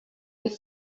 and